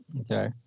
Okay